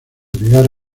llegar